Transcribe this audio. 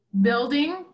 building